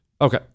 Okay